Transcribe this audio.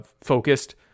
focused